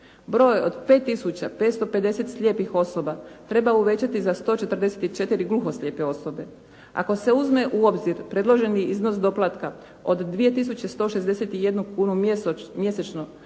Broj od 5 tisuća 550 slijepih osoba treba uvećati za 144 gluhoslijepe osobe. Ako se uzme u obzir predloženi iznos doplatka od dvije tisuće 161 kunu mjesečno